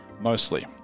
mostly